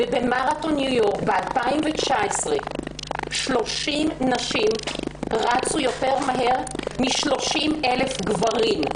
במרתון ניו יורק ב-2019 30 נשים רצו יותר מהר מ-30,000 גברים.